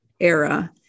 era